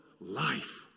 life